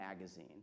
Magazine